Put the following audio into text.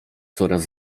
coraz